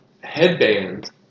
headband